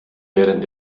während